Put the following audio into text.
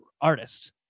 artist